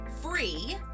free